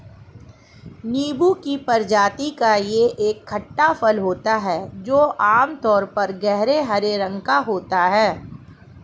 नींबू की प्रजाति का यह एक खट्टा फल होता है जो आमतौर पर गहरे हरे रंग का होता है